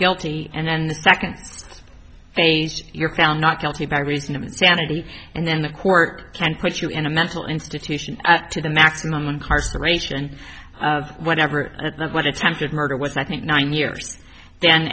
guilty and then the second phase you're found not guilty by reason of insanity and then the court can put you in a mental institution to the maximum incarceration whatever at what attempted murder was i think nine years then